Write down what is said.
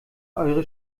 eure